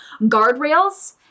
guardrails